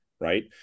Right